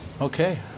Okay